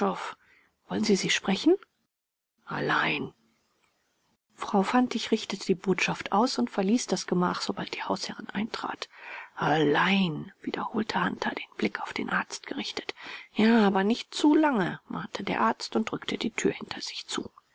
wollen sie sie sprechen allein frau fantig richtete die botschaft aus und verließ das gemach sobald die hausherrin eintrat allein wiederholte hunter den blick auf den arzt gerichtet ja aber nicht zu lange mahnte der doktor und drückte die tür hinter sich zu